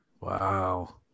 Wow